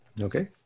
okay